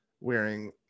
wearing